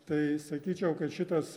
tai sakyčiau kad šitas